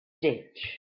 ditch